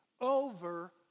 over